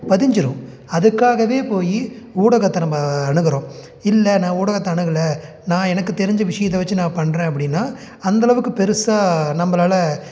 பதிஞ்சிடும் அதுக்காகவே போய் ஊடகத்தை நம்ப அணுகுகிறோம் இல்லை நான் ஊடகத்தை அணுகலை நான் எனக்கு தெரிஞ்ச விஷயத்த வச்சு நான் பண்ணுறேன் அப்படின்னா அந்தளவுக்கு பெரிசா நம்பளால